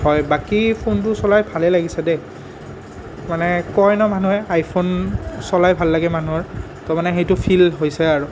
হয় বাকী ফোনটো চলাই ভালে লাগিছে দেই মানে কয় ন মানুহে আইফোন চলাই ভাল লাগে মানুহৰ তো মানে সেইটো ফিল হৈছে আৰু